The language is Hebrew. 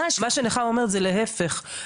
זה להפך.